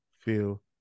feel